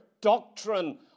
doctrine